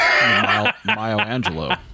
michelangelo